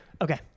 Okay